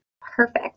Perfect